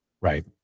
Right